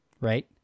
right